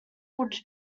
would